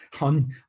on